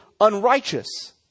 unrighteous